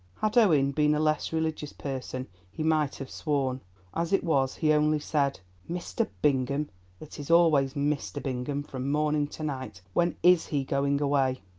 had owen been a less religious person he might have sworn as it was, he only said, mr. bingham it is always mr. bingham from morning to night! when is he going away?